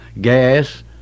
Gas